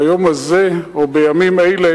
ביום הזה או בימים אלה